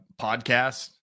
podcast